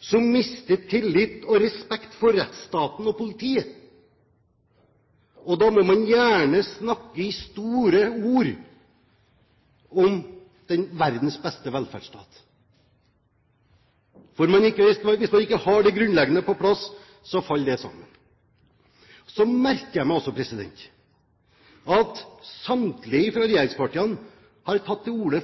som mister tillit og respekt for rettsstaten og politiet. Da må man gjerne snakke i store ord om verdens beste velferdsstat, men hvis man ikke har det grunnleggende på plass, faller det sammen. Så merker jeg meg også at samtlige fra regjeringspartiene